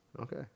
Okay